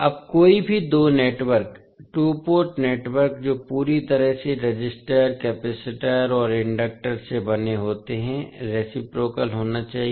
अब कोई भी दो नेटवर्क टू पोर्ट नेटवर्क जो पूरी तरह से रजिस्टर कैपेसिटर और इंडक्टर से बने होते हैं रेसिप्रोकाल होना चाहिए